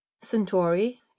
centauri